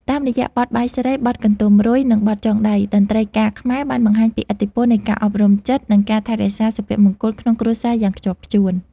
តាមរយៈបទ បាយស្រី បទ កន្ទុំរុយ និងបទ ចងដៃ តន្ត្រីការខ្មែរបានបង្ហាញពីឥទ្ធិពលនៃការអប់រំចិត្ត និងការថែរក្សាសុភមង្គលក្នុងគ្រួសារយ៉ាងខ្ជាប់ខ្ជួន។